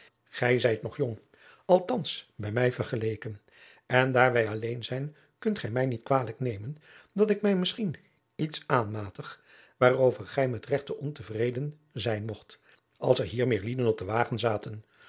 gij zijt nog jong althans bij mij te vergelijken en daar wij alleen zijn kunt gij mij niet kwalijk nemen dat ik mij misschien iets aanmatig waarover gij met regt te onvreden zijn mogt als er hier meer lieden op den wagen zaten